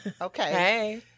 Okay